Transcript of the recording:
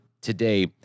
Today